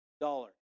dollar